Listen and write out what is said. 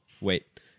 wait